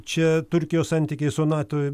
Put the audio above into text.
čia turkijos santykiai su nato